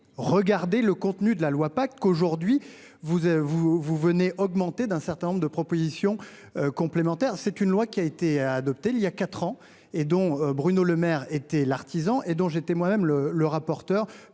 regardez le contenu de la loi pas qu'aujourd'hui vous avez vous vous venez augmenté d'un certain nombre de propositions complémentaires. C'est une loi qui a été adopté il y a 4 ans et dont Bruno Lemaire été l'artisan et dont j'ai été moi-même le le rapporteur